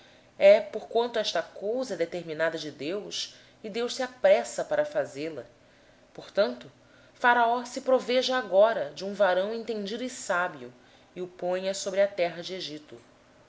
é porque esta coisa é determinada por deus e ele brevemente a fará portanto proveja se agora faraó de um homem entendido e sábio e o ponha sobre a terra do egito